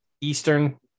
eastern